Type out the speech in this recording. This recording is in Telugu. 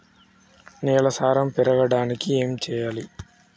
నేల సారం పెరగడానికి ఏం చేయాలి?